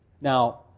Now